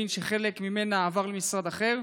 ואני מבין שחלק ממנה עבר למשרד אחר,